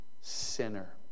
sinner